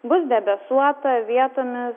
bus debesuota vietomis